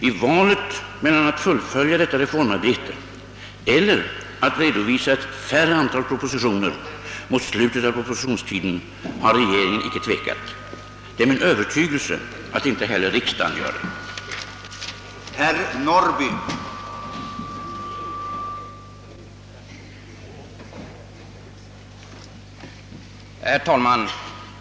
I valet mellan att fullfölja detta reformarbete eller att redovisa ett färre antal propositioner mot slutet av propositionstiden har regeringen inte tvekat. Det är min övertygelse att inte heller riksdagen gör det.